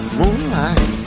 moonlight